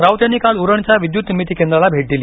राऊत यांनी काल उरणच्या विद्यूत निर्मिती केंद्राला भेट दिली